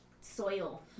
soil